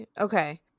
Okay